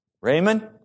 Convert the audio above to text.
Raymond